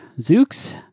Zooks